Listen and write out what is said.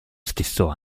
stesso